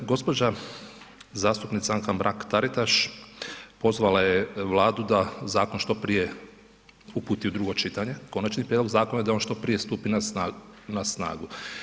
Gospođa zastupnica Anka Mrak Taritaš pozvala je Vladu da zakon što prije uputi u drugo čitanje, konačni prijedlog zakona i da on što prije stupi na snagu.